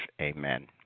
Amen